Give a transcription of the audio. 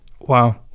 Wow